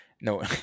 No